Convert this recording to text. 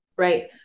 right